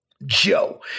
Joe